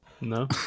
No